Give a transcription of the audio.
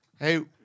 Hey